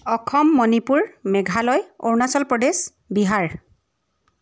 Assam Manipur Meghalaya Arunachal Pradesh Bihar